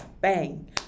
bang